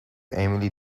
emily